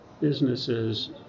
businesses